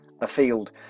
afield